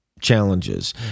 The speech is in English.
challenges